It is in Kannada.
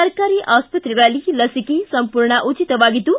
ಸರ್ಕಾರಿ ಆಸ್ಪತ್ರೆಗಳಲ್ಲಿ ಲಸಿಕೆ ಸಂಪೂರ್ಣ ಉಚಿತವಾಗಿದ್ದು